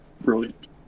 brilliant